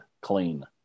clean